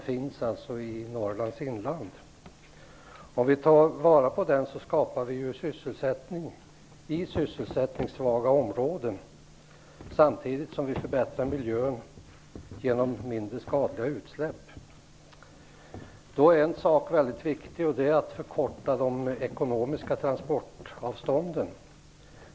Om råvaran tas tillvara skapas det sysselsättning i sysselsättningssvaga områden samtidigt som miljön förbättras genom mindre skadliga utsläpp. En sak är då väldigt viktig, nämligen att förkorta de ekonomiska transportavstånden.